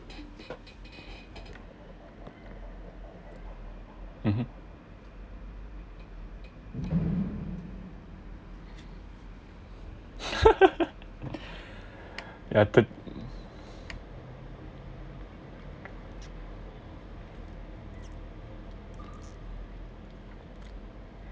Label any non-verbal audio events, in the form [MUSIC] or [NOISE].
mmhmm [LAUGHS] ya third